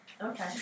Okay